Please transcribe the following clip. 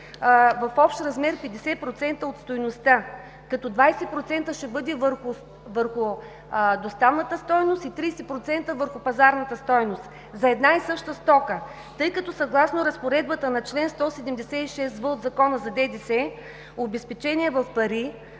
в общ размер 50% от стойността, като 20% ще бъде върху доставната стойност и 30% върху пазарната стойност за една и съща стока, тъй като съгласно разпоредбата на чл. 176в от Закона за ДДС – обезпечение в пари,